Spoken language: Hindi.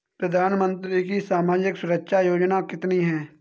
प्रधानमंत्री की सामाजिक सुरक्षा योजनाएँ कितनी हैं?